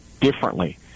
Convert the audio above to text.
differently